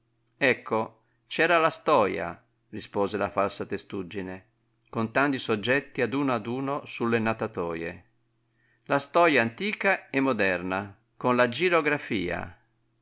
ecco c'era la stoia rispose la falsa testuggine contando i soggetti ad uno ad uno sulle natatoie la stoia antica e moderna con la girografia